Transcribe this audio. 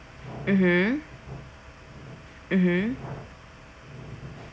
mmhmm mmhmm